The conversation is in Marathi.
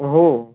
हो